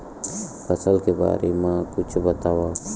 फसल के बारे मा कुछु बतावव